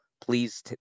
please